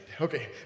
okay